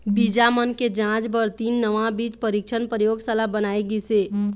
बीजा मन के जांच बर तीन नवा बीज परीक्छन परयोगसाला बनाए गिस हे